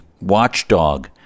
watchdog